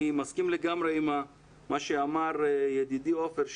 אני מסכים לגמרי עם מה שאמר ידידי עופר,